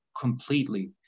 completely